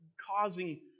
causing